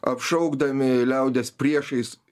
apšaukdami liaudies priešais